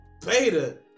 Beta